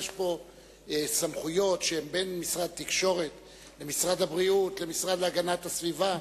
יש פה סמכויות שהן בין משרד התקשורת למשרד הבריאות ולמשרד להגנת הסביבה.